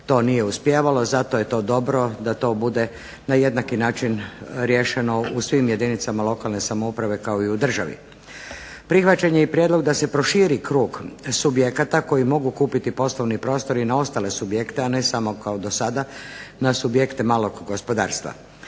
to nije uspijevalo. Zato je to dobro da to bude na jednaki način riješeno u svim jedinicama lokalne samouprave kao i u državi. Prihvaćen je i prijedlog da se proširi krug subjekata koji mogu kupiti poslovni prostor i na ostale subjekte, a ne samo kao dosada na subjekte malog gospodarstva.